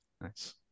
Nice